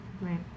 Right